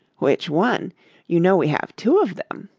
which one you know we have two of them?